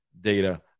data